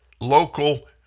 local